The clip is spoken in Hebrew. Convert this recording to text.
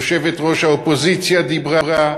יושבת-ראש האופוזיציה דיברה.